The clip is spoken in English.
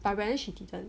but then she didn't